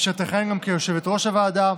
אשר תכהן גם כיושבת-ראש הוועדה,